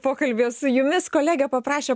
pokalbyje su jumis kolegė paprašė